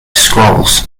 scrolls